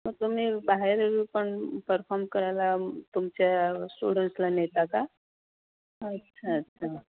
मग तुम्ही बाहेर पण परफॉम करायला तुमच्या स्टुडंट्सला नेता का अच्छा अच्छा